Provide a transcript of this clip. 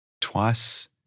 twice